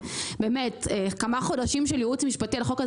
כמה חודשים של ייעוץ משפטי על החוק הזה